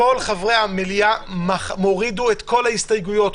-- כל חברי הוועדה הורידו את כל ההסתייגויות,